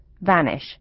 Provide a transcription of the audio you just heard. vanish